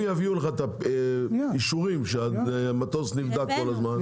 הם יביאו לך אישורים שהמטוס נבדק כל הזמן,